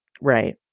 Right